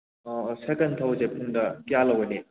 ꯑꯥꯎ ꯁꯥꯏꯀꯜ ꯊꯧꯕꯁꯦ ꯄꯨꯡꯗ ꯀꯌꯥ ꯂꯧꯒꯅꯤ